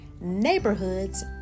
neighborhoods